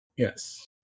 Yes